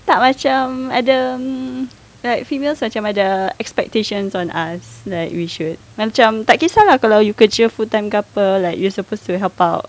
tak macam ada like female macam ada expectations on us like we should tak kisah lah kalau you kerja full time couple like you're supposed to help out